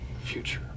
Future